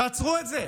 תעצרו את זה.